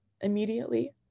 immediately